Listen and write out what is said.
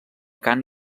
cant